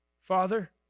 Father